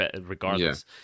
regardless